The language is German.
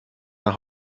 nach